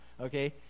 okay